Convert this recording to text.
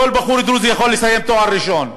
כל בחור דרוזי היה יכול לסיים תואר ראשון,